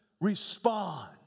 respond